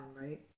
right